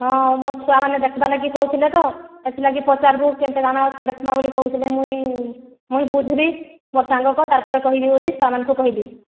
ହଁ ମୋ ଛୁଆ ମାନେ ଦେଖିବା ଲାଗି କହୁଥିଲେ ତ ସେଥଲାଗି ପଚାରବୁ କେନ୍ତା କାଣା ଅଛନ ଦେଖବା ବେଲେ ମୁଇଁ ମୁଇଁ ବୁଝିବି ମୋର୍ ସାଙ୍ଗକ ତାର୍ ପରେ କହିମି ବୋଲି ମୋର୍ ଛୁଆମାନଙ୍କୁ କହିଲି